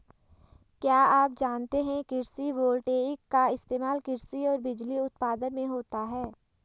क्या आप जानते है कृषि वोल्टेइक का इस्तेमाल कृषि और बिजली उत्पादन में होता है?